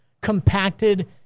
compacted